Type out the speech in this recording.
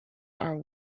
are